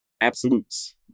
absolutes